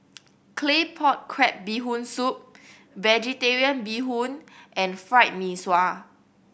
Claypot Crab Bee Hoon Soup Vegetarian Bee Hoon and Fried Mee Sua